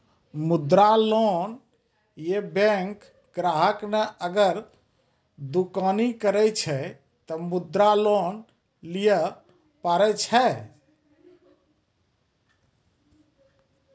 मुद्रा लोन ये बैंक ग्राहक ने अगर दुकानी करे छै ते मुद्रा लोन लिए पारे छेयै?